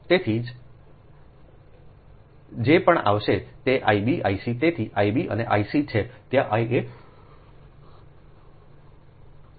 તેથી જે પણ આવશે તે I b I cતેથી I b અને I c છે ત્યાં I a ખરેખર ખસી ગયો છું